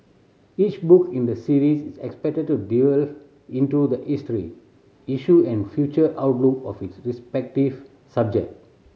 each book in the series is expected to delve into the history issue and future outlook of its respective subject